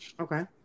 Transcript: Okay